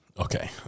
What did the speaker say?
Okay